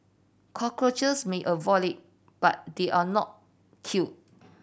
cockroaches may avoid it but they are not killed